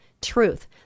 truth